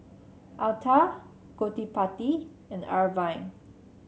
Atal Gottipati and Arvind